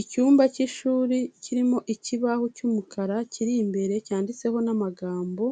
Icyumba cy'ishuri kirimo ikibaho cy'umukara, kiri imbere cyanditseho n'amagambo,